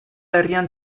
herrian